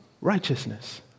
righteousness